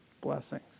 blessings